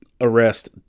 arrest